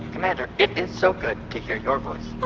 commander, it is so good to hear your voice!